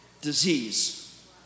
disease